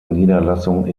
niederlassung